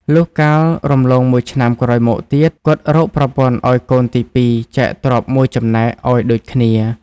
លុះកាលរំលងមួយឆ្នាំក្រោយមកទៀត គាត់រកប្រពន្ធឱ្យកូនទី២ចែកទ្រព្យ ១ ចំណែក ឱ្យដូចគ្នា ។